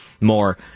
more